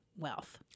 wealth